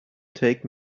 take